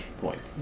point